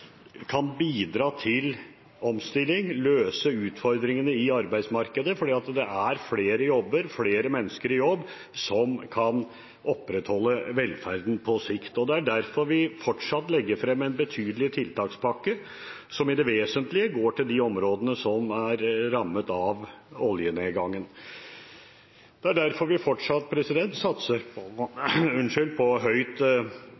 kan bidra til omstilling og løse utfordringene i arbeidsmarkedet, for det er flere jobber og flere mennesker i jobb som kan opprettholde velferden på sikt. Det er derfor vi fortsatt legger frem en betydelig tiltakspakke, som i det vesentlige går til de områdene som er rammet av oljenedgangen. Det er derfor vi fortsatt satser på et høyt